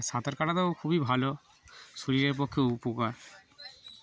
আর সাঁতার কাটাতেও খুবই ভালো শরীরের পক্ষেও উপকার